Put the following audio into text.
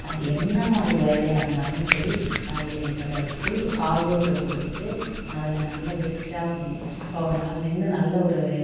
அது என்ன மாதிரி வேலையாக இருந்தாலும் சரி அதில் என்னோடய ஃபுல் ஹார்ட் ஒர்க்கை கொடுத்துரு அதில் நல்ல பெஸ்ட்டாக ஃபோ அதுலேருந்து நல்ல ஒரு